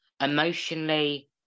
emotionally